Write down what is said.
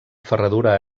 ferradura